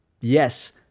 yes